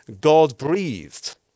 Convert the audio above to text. God-breathed